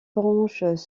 branches